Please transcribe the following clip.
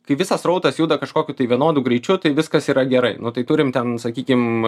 kai visas srautas juda kažkokiu tai vienodu greičiu tai viskas yra gerai nu tai turim ten sakykim